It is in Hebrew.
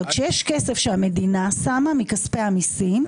אבל כשיש כסף שהמדינה שמה מכספי המיסים,